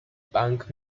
bank